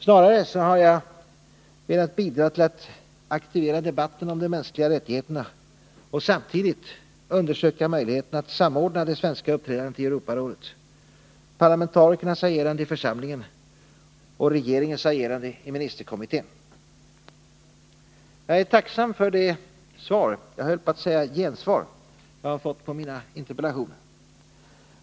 Snarare har jag velat bidra till en aktivare debatt om de mänskliga rättigheterna och samtidigt till att man undersöker möjligheterna att samordna det svenska uppträdandet i Europarådet, parlamentarikernas agerande i församlingen och regeringens agerande i ministerkommittén. Jag är tacksam för det svar — jag höll på att säga gensvar — som jag har fått på mina interpellationer.